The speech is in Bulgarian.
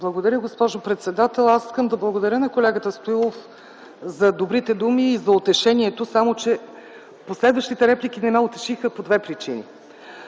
Благодаря, госпожо председател. Искам да благодаря на колегата Стоилов за добрите думи и за утешението, само че последващите реплики не ме утешиха по две причини.